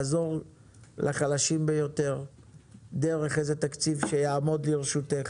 לעזור לחלשים ביותר דרך איזה תקציב שיעמוד לרשותך.